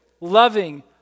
loving